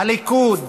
הליכוד,